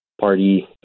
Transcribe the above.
party